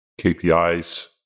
KPIs